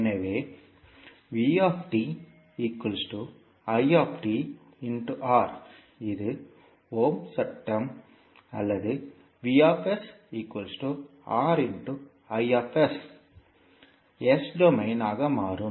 எனவே இது ஓம்ஸ் சட்டம் Ohm's law அல்லது S டொமைன் ஆக மாறும்